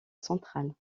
centrale